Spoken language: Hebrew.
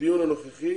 בדיון הנוכחי